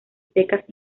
secas